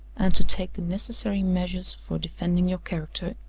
and to take the necessary measures for defending your character,